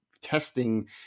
testing